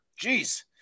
Jeez